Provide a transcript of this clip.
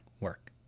work